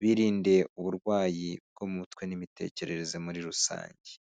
birinde uburwayi bwo mutwe n'imitekerereze muri rusange.